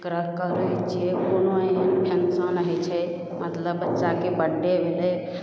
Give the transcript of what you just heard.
ओकरा करै छिए कोनो एहन फंक्शन होइ छै मतलब बच्चाके बर्थडे भेलै